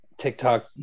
TikTok